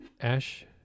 Ash